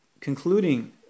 concluding